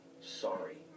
sorry